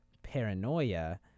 Paranoia